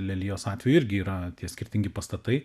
lelijos atveju irgi yra tie skirtingi pastatai